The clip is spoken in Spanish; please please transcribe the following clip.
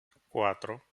cuatro